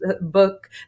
book